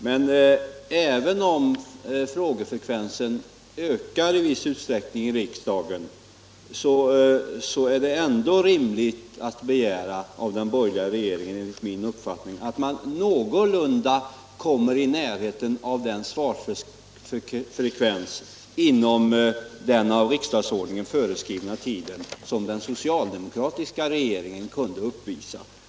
Men även om frågefrekvensen i riksdagen ökat i viss utsträckning, är det ändå enligt min uppfattning rimligt att begära av den borgerliga regeringen att man någorlunda kommer i närheten av den svarsfrekvens inom den i riksdagsordningen föreskrivna tiden som den socialdemokratiska regeringen kunde uppvisa.